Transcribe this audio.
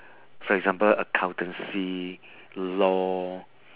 for example accountancy law